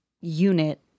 unit